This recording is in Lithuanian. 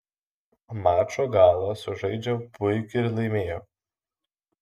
mačo galą sužaidžiau puikiai ir laimėjau